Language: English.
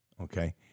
Okay